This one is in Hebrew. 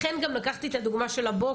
לכן גם לקחתי את הדוגמה של הבוקר,